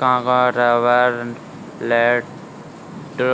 Congo rubber Landolphia